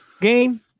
Game